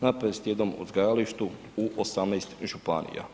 na 51 uzgajalištu u 18 županija.